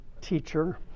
teacher